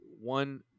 one